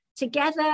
Together